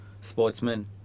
sportsmen